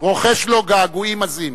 רוחש לו געגועים עזים.